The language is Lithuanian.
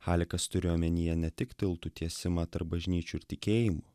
halikas turi omenyje ne tik tiltų tiesimą tarp bažnyčių ir tikėjimų